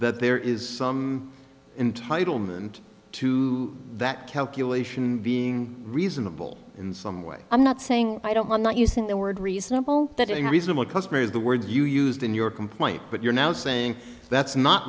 there is some entitle no end to that calculation being reasonable in some way i'm not saying i don't i'm not using the word reasonable that a reasonable customer is the word you used in your complaint but you're now saying that's not